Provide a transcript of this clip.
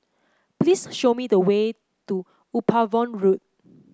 please show me the way to Upavon Road